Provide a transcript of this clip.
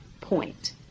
point